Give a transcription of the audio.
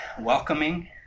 welcoming